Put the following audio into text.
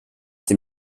dem